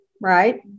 right